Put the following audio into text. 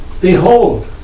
Behold